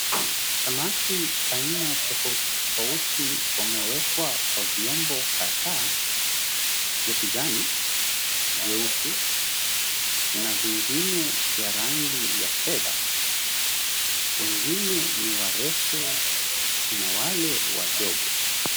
Samaki aina tofauti tofauti wamewekwa kwa vyombo kadhaa vya kijani, vyeusi na vingine vya rangi ya fedha. Wengine ni warefu, kuna wale wadogo.